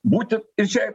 būti ir čia